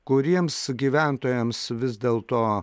kuriems gyventojams vis dėl to